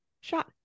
shot